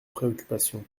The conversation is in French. préoccupations